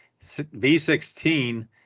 V16